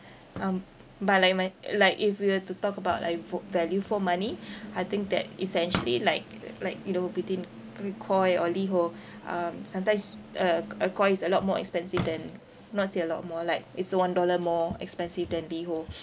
um but like my like if we were to talk about like for value for money I think that essentially like like you know between between Koi or Liho um sometimes uh uh Koi is a lot more expensive than not say a lot more like it's a one dollar more expensive than Liho